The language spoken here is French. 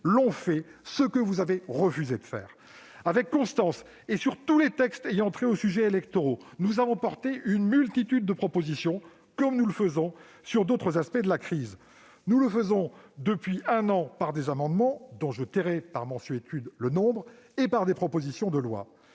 l'ont fait. Vous avez pourtant refusé de le faire. Avec constance, sur tous les textes ayant trait aux sujets électoraux, nous avons porté une multitude de propositions, comme nous le faisons sur d'autres aspects de la crise. Nous le faisons depuis un an au travers d'amendements, dont, par mansuétude, je tairai le nombre, et de propositions de loi,